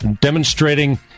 demonstrating